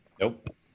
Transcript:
Nope